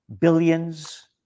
billions